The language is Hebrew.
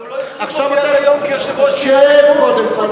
אבל הוא לא הכריז, כיושב-ראש, שב, קודם כול.